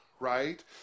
Right